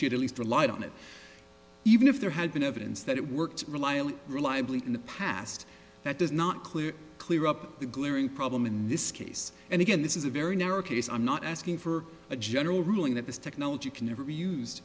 she had at least relied on it even if there had been evidence that it worked reliably reliably in the past that does not clear clear up the glaring problem in this case and again this is a very narrow case i'm not asking for a general ruling that this technology can never